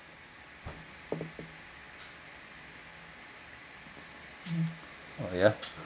oh ya